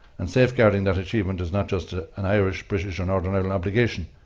and safeguarding that achievement is not just an irish, british, or northern ireland obligation,